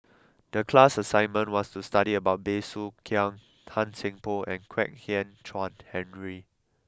the class assignment was to study about Bey Soo Khiang Tan Seng Poh and Kwek Hian Chuan Henry